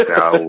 Now